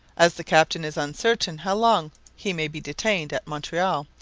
as the captain is uncertain how long he may be detained at montreal,